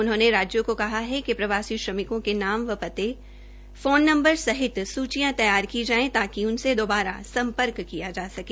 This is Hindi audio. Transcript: उन्होंने राज्यों को कहा है कि प्रवासी श्रमिकों के नाम व पते फोन नंबर सहित सूचियां तैयार की जाये ताकि उनसे दोबारा सम्पर्क किया जा सके